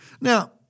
Now